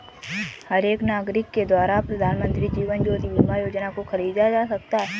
हर एक नागरिक के द्वारा प्रधानमन्त्री जीवन ज्योति बीमा योजना को खरीदा जा सकता है